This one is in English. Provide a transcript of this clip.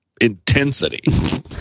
intensity